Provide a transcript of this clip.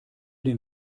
den